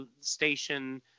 station